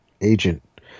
agent